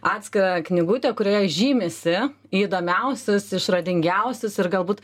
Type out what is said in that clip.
atskirą knygutę kurioje žymisi įdomiausius išradingiausius ir galbūt